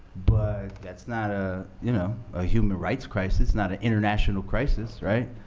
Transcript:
but that's not a you know ah human rights crisis, it's not an international crisis, right?